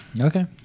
Okay